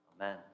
Amen